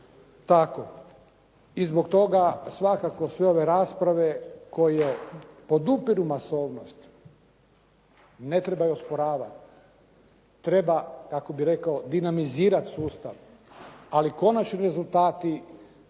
tako. I zbog toga svakako sve ove rasprave koje podupiru masovnost ne treba osporavati. Treba kako bih rekao dinamizirati sustav, ali konačni rezultati